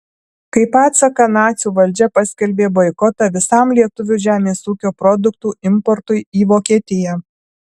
kaip atsaką nacių valdžia paskelbė boikotą visam lietuvių žemės ūkio produktų importui į vokietiją